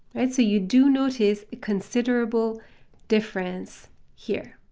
right, so you do notice considerable difference here.